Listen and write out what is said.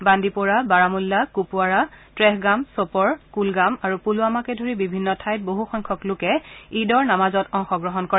বান্দিপোৰা বাৰামুল্লা কুপৱাড়া ট্ৰেহগাম চপ'ৰ কুলগাম আৰু পুলৱামাকে ধৰি বিভিন্ন ঠাইত বহুসংখ্যক লোকে ঈদৰ নামাজত অংশগ্ৰহণ কৰে